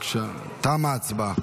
תמה ההצבעה.